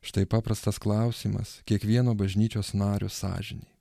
štai paprastas klausimas kiekvieno bažnyčios nario sąžinei